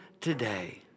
today